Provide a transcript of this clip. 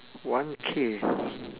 one K